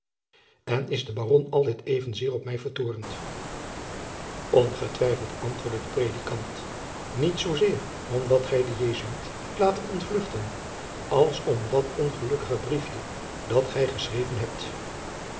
en is de baron altijd evenzeer op mij vertoornd ongetwijfeld antwoordde de predikant niet zoo zeer omdat gij den jesuit hebt laten ontvluchten als om dat ongelukkige briefje dat gij geschreven hebt